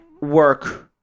work